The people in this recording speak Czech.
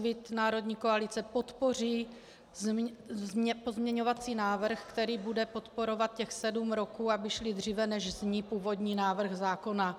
Úsvit Národní Koalice podpoří pozměňovací návrh, který bude podporovat těch sedm roků, aby šli dříve, než zní původní návrh zákona.